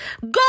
Go